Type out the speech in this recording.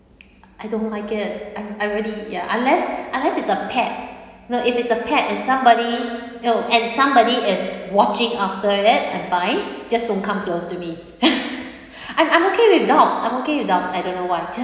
I don't like it I I really ya unless unless it's a pet no if it's a pet and somebody no and somebody is watching after it I'm fine just don't come close to me I'm I'm okay with dogs I'm okay with dogs I don't know why